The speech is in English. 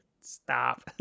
Stop